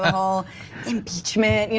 all impeachment. and